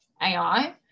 AI